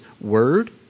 word